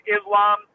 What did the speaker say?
islam